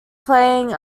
playing